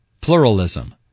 Pluralism